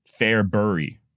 Fairbury